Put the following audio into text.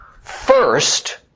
first